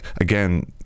again